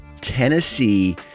Tennessee